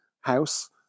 house